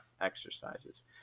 exercises